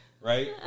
Right